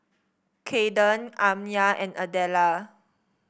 Kaden Amya and Adela